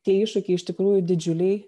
tie iššūkiai iš tikrųjų didžiuliai